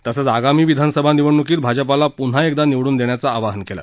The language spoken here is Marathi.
तसंच आगामी विधानसभा निवडणुकीत भाजपाला पुन्हा एकदा निवडून देण्याचं आवाहन केलं